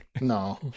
No